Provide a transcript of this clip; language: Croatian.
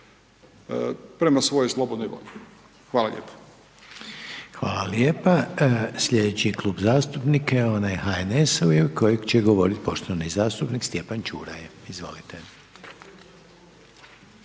prema svojoj slobodnoj volji. Hvala lijepo. **Reiner, Željko (HDZ)** Hvala lijepa. Sljedeći je Klub zastupnika onaj HNS-a u ime kojeg će govoriti poštovani zastupnik Stjepan Čuraj. Izvolite.